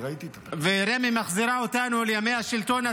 ורמ"י מחזירה אותנו לימי השלטון הצבאי.